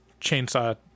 Chainsaw